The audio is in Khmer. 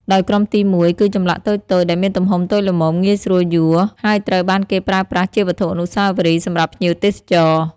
ដោយក្រុមទីមួយគឺចម្លាក់តូចៗ ដែលមានទំហំតូចល្មម ងាយស្រួលយួរ ហើយត្រូវបានគេប្រើប្រាស់ជាវត្ថុអនុស្សាវរីយ៍ សម្រាប់ភ្ញៀវទេសចរណ៍។